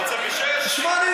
באיזו שעה?